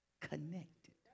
connected